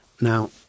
Now